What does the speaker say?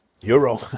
euro